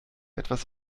etwas